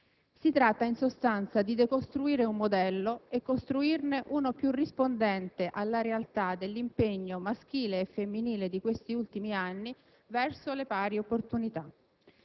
Si tratta, in sostanza, di decostruire un modello e costruirne uno più rispondente alla realtà dell'impegno maschile e femminile di questi ultimi anni verso le pari opportunità.